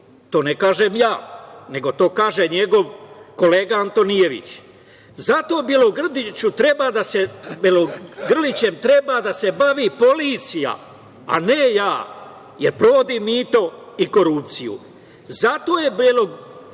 to ne kažem ja, nego to kaže njegov kolega Antonijević. Zato Bjelogrlićem treba da se bavi policija, a ne ja, jer provodi mito i korupciju. Zato je Bjelogrlić